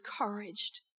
encouraged